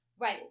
Right